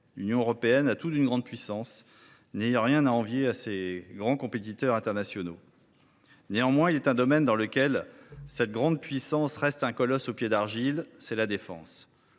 l’Union européenne a tout d’une grande puissance, n’ayant rien à envier à ses grands compétiteurs internationaux. Néanmoins, s’il est un domaine dans lequel cette grande puissance reste un colosse aux pieds d’argile, c’est la défense.